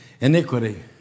iniquity